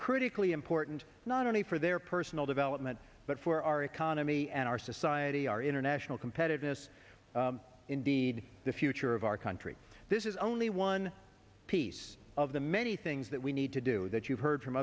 critically important not only for their personal development but for our economy and our society our international competitiveness indeed the future of our country this is only one piece of the many things that we need to do that you've heard from